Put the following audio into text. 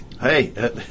Hey